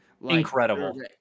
Incredible